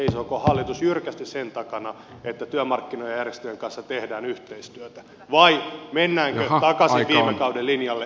seisooko hallitus jyrkästi sen takana että työmarkkinajärjestöjen kanssa tehdään yhteistyötä vai mennäänkö takaisin viime kauden linjalle kilpalaulantaan